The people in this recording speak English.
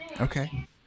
okay